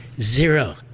Zero